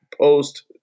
post